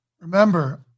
Remember